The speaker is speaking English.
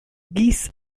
geese